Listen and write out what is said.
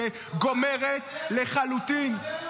שגומרת לחלוטין --- יוראי,